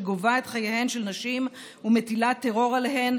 שגובה את חייהן של נשים ומטילה טרור עליהן,